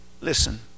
Listen